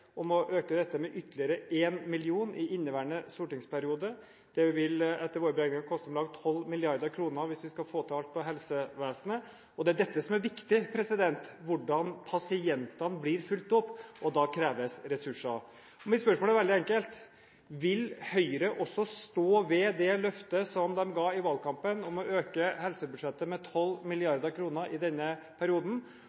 om å øke dette med ytterligere 1 million i inneværende stortingsperiode. Det vil etter våre beregninger koste om lag 12 mrd. kr hvis vi skal få til alt i helsevesenet, og det er dette som er viktig: hvordan pasientene blir fulgt opp. Da kreves det ressurser. Mine spørsmål er veldig enkle: Vil Høyre stå ved det løftet som de ga i valgkampen om å øke helsebudsjettet med